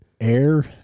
Air